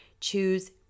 choose